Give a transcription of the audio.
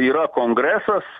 yra kongresas